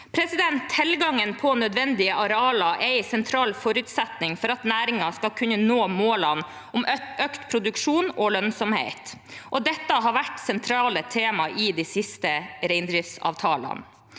og i 2024. Tilgangen på nødvendige arealer er en sentral forutsetning for at næringen skal kunne nå målene om økt produksjon og lønnsomhet. Dette har vært sentrale temaer i de siste reindriftsavtalene.